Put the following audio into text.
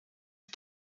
die